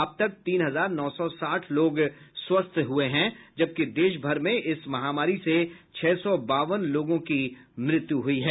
अब तक तीन हजार नौ सौ साठ लोग स्वस्थ हुई हैं जबकि देश भर में इस महामारी से छह सौ बावन लोगों की मृत्यु हुई है